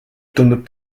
tundub